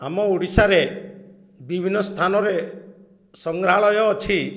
ଆମ ଓଡ଼ିଶାରେ ବିଭିନ୍ନ ସ୍ଥାନରେ ସଂଗ୍ରହାଳୟ ଅଛି